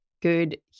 good